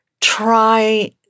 try